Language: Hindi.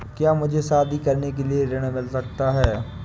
क्या मुझे शादी करने के लिए ऋण मिल सकता है?